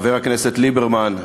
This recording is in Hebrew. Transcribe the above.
חבר הכנסת ליברמן,